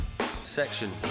section